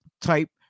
type